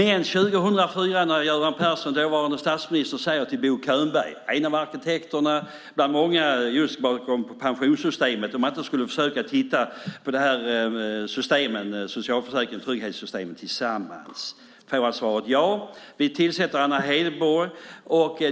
År 2004 sade den dåvarande statsministern Göran Persson till Bo Könberg, en av många arkitekter bakom pensionssystemet, att man borde försöka titta på socialförsäkrings och trygghetssystemen tillsammans. Han fick då svaret: Ja, vi tillsätter Anna Hedborg.